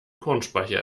kornspeicher